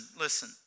listen